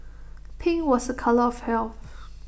pink was A colour of health